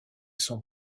sont